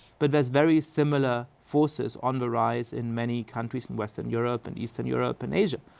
but there's very similar forces on the rise in many countries in western europe and eastern europe and asia.